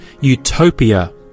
utopia